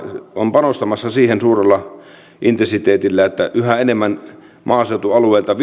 on panostamassa suurella intensiteetillä siihen että yhä enemmän maaseutualueilta